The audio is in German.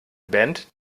band